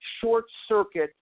short-circuit